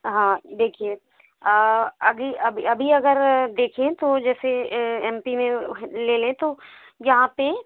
हाँ देखिए अभी अभी अभी अगर देखें तो जैसे एम पी में ले लें तो यहाँ पर